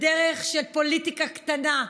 בדרך של פוליטיקה קטנה,